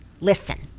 Listen